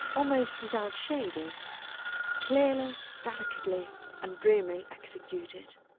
almost without shading clearly, delicately and dreamily executed.